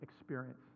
experience